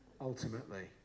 ultimately